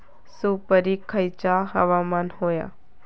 सुपरिक खयचा हवामान होया?